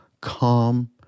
calm